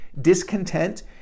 discontent